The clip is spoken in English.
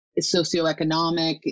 socioeconomic